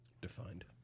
defined